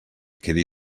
quedi